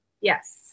Yes